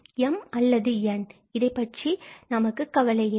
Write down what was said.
m or n இதைப் பற்றி நமக்கு கவலை இல்லை